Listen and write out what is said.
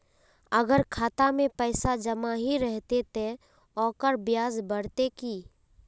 अगर खाता में पैसा जमा ही रहते ते ओकर ब्याज बढ़ते की?